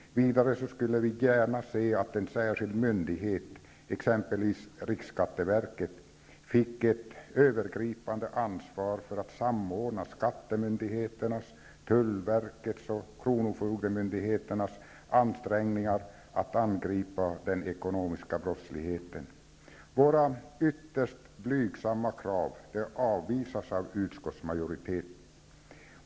Vidare skulle vi gärna se att en särskild myndighet, exempelvis riksskatteverket, fick ett övergripande ansvar för att samordna skattemyndigheternas, tullverkets och kronofogdemyndigheternas ansträngningar att angripa den ekonomiska brottsligheten. Våra ytterst blygsamma krav avvisas av utskottsmajoriteten.